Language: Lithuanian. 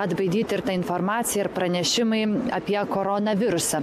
atbaidyti ir ta informacija ir pranešimai apie koronavirusą